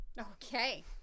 Okay